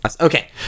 Okay